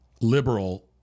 liberal